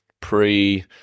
pre